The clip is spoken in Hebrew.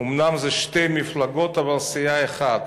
אלה אומנם שתי מפלגות אבל סיעה אחת,